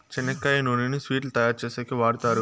చెనక్కాయ నూనెను స్వీట్లు తయారు చేసేకి వాడుతారు